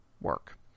work